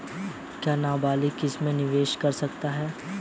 क्या नाबालिग इसमें निवेश कर सकता है?